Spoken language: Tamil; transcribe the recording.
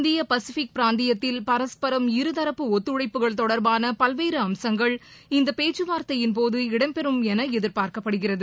இந்திய பசிபிக் பிராந்தியத்தில் பரஸ்பரம் இருதரப்பு ஒத்துழைப்புகள் தொடர்பானபல்வேறுஅம்சங்கள் இந்தபேச்சுவார்த்தையின் போது இடம் பெறும் எனஎதிர்பார்க்கப்படுகிறது